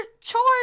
chores